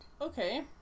Okay